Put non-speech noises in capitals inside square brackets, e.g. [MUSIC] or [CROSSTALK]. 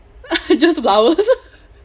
[LAUGHS] just flowers [LAUGHS]